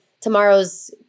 tomorrow's